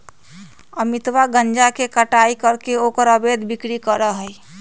अमितवा गांजा के कटाई करके ओकर अवैध बिक्री करा हई